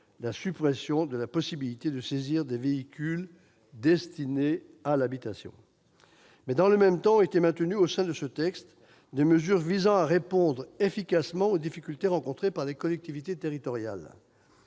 de terrain ; la possibilité de saisir des véhicules destinés à l'habitation. Dans le même temps ont été maintenues, au sein du texte, des mesures visant à répondre efficacement aux difficultés rencontrées par les collectivités territoriales.